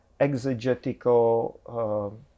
exegetical